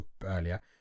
earlier